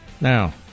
Now